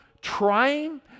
trying